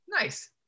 nice